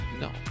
No